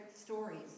stories